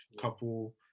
couple